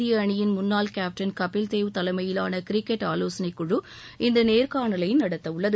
இந்திய அணியின் முன்னாள் கேப்டன் கபில் தேவ் தலைமையிலான கிரிக்கெட் ஆலோசனைக் குழு இந்த நேர்காணலை நடத்தவுள்ளது